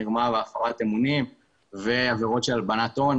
מרמה והפרת אמונים ועבירות של הלבנת הון.